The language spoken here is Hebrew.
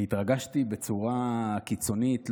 אני התרגשתי בצורה קיצונית,